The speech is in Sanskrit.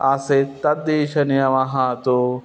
आसीत् तदीदृशनियमः तु